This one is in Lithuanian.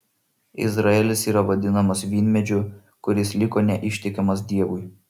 izraelis yra vadinamas vynmedžiu kuris liko neištikimas dievui